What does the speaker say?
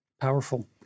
Powerful